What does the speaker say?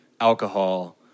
alcohol